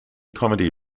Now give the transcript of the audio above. comedy